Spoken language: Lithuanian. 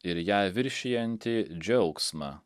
ir ją viršijantį džiaugsmą